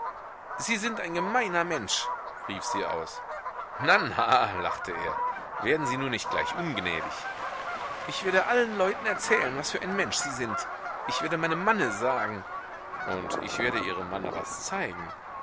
sie sind ein gemeiner mensch rief sie aus na na lachte er werden sie nur nicht gleich ungnädig ich werde allen leuten erzählen was für ein mensch sie sind ich werde meinem manne sagen und ich werde ihrem manne was zeigen